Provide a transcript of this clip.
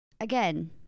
Again